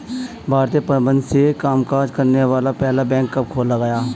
भारतीय प्रबंधन से कामकाज करने वाला पहला बैंक कब खोला गया?